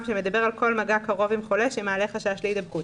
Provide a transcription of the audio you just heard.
שמדבר על כל מגע קרוב עם חולה שמעלה חשש להידבקות.